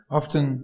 often